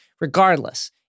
Regardless